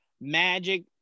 magic